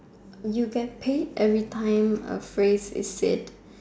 you get paid everytime a phrase is said